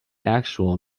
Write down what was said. actual